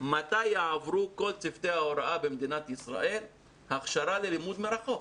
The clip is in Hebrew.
מתי יעברו כל צוותי ההוראה במדינת ישראל הכשרה ללימוד מרחוק.